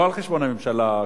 לא על חשבון הממשלה,